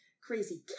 crazy